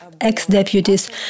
ex-deputies